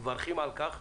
אנחנו מברכים על כך.